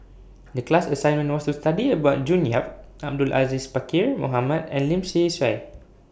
The class assignment was to study about June Yap Abdul Aziz Pakkeer Mohamed and Lim Swee Say